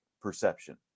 perception